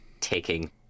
taking